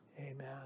Amen